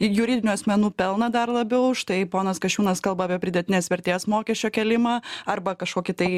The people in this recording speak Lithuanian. juridinių asmenų pelną dar labiau štai ponas kasčiūnas kalba apie pridėtinės vertės mokesčio kėlimą arba kažkokį tai